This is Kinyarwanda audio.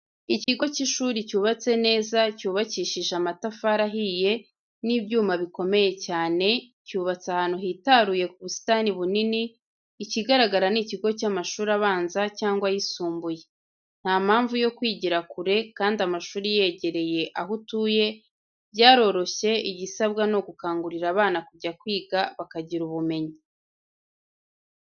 Ikigo cy'ishuri cyubatse neza cyubakishije amatafari ahiye n'ibyuma bikomeye cyane, cyubatse ahantu hitaruye ku busitani bunini ikigaragara ni ikigo cy'amashuri abanza cyangwa ayisumbuye. Nta mpamvu yo kwigira kure kandi amashuri yegereye aho utuye byaroroshye igisabwa ni ugukangurira abana kujya kwiga bakagira ubumenyi.